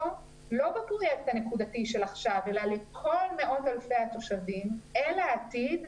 לא בפרויקט הנקודתי של עכשיו אלא לכל מאות אלפי התושבים אל העתיד,